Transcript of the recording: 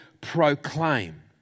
proclaim